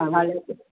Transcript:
हा भले अचु